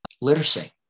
literacy